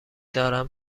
دارم